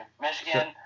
Michigan